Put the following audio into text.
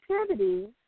activities